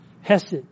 Hesed